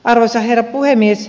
arvoisa herra puhemies